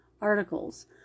articles